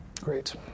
great